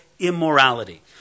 immorality